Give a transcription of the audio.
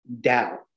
doubt